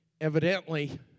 Evidently